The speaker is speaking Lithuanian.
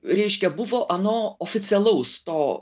reiškia buvo ano oficialaus to